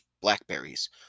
blackberries